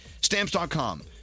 Stamps.com